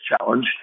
challenge